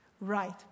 right